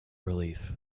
relief